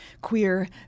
queer